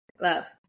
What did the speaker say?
Love